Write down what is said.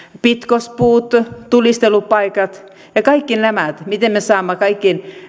pitkospuut tulistelupaikat ja kaikki nämä miten me saamme